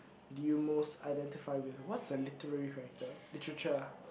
do you most identify with what is a literary character literature ah